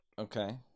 Okay